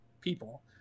people